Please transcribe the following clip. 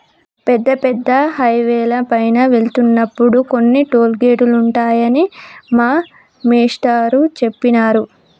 పెద్ద పెద్ద హైవేల పైన వెళ్తున్నప్పుడు కొన్ని టోలు గేటులుంటాయని మా మేష్టారు జెప్పినారు